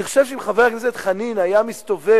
אני חושב שאם חבר הכנסת חנין היה מסתובב